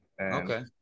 Okay